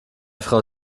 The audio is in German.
frau